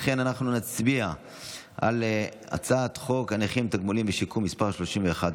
לכן אנחנו נצביע על הצעת חוק הנכים (תגמולים ושיקום) (תיקון מס' 31),